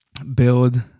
build